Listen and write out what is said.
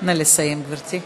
נא לסיים, גברתי.